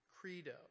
Credo